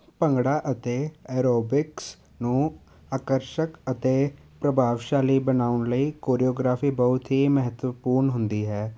ਭੰਗੜਾ ਅਤੇ ਐਰੋਬਿਕਸ ਨੂੰ ਆਕਰਸ਼ਕ ਅਤੇ ਪ੍ਰਭਾਵਸ਼ਾਲੀ ਬਣਾਉਣ ਲਈ ਕੋਰਿਓਗ੍ਰਾਫੀ ਬਹੁਤ ਹੀ ਮਹੱਤਵਪੂਰਨ ਹੁੰਦੀ ਹੈ